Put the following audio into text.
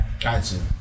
Gotcha